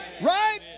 Right